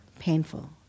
painful